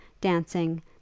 dancing